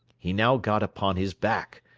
he now got upon his back,